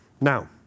Now